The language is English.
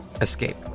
escape